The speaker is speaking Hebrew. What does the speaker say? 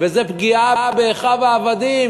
וזה פגיעה באחיו העבדים.